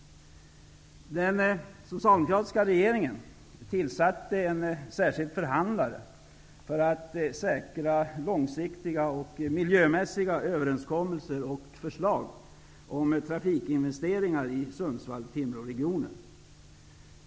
Den socialdemokratiska regeringen tillsatte en särskild förhandlare för att säkra långsiktiga och miljömässiga överenskommelser och förslag om trafikinvesteringar i Sundsvall--Timråregionen.